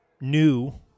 new